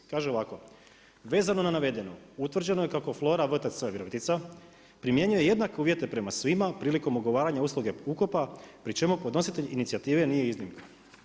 Kaže ovako, „Vezano na navedeno, utvrđeno je kako Flora Vtc Virovitica primjenjuje jednake uvjete prema svima prilikom ugovaranja usluge ukopa pri čemu podnositelj inicijative nije iznimka.